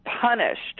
punished